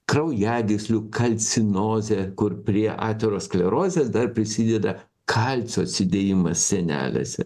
kraujagyslių kalcinozė kur prie aterosklerozės dar prisideda kalcio atsidėjimas sienelėse